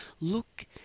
look